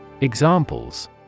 Examples